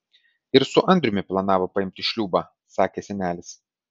ir su andriumi planavo paimti šliūbą sakė senelis